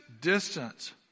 distance